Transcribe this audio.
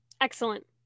Excellent